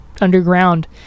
underground